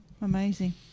amazing